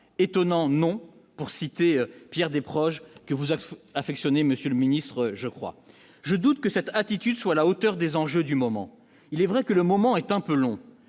étonnant non, pour citer Pierre Desproges que vous avez affectionner Monsieur le ministre, je crois, je doute que cette attitude soit à la hauteur des enjeux du moment, il est vrai que le moment est un peu long,